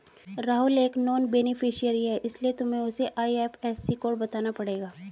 राहुल एक non beneficiary है इसीलिए तुम्हें उसे आई.एफ.एस.सी कोड बताना पड़ेगा